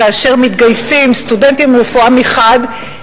כאשר מתגייסים סטודנטים לרפואה מחד,